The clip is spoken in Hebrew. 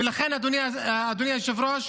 ולכן, אדוני היושב-ראש,